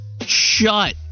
shut